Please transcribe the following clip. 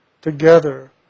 together